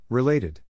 Related